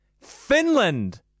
Finland